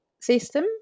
system